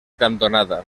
cantonada